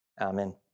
Amen